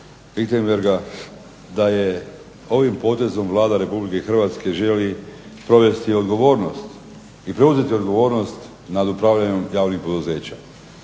Richembergha da je ovim potezom Vlada Republike Hrvatske želi provesti odgovornost i preuzeti odgovornost nad upravljanjem javnih poduzeća.